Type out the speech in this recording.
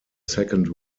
second